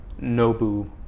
nobu